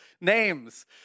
Names